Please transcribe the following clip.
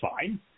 fine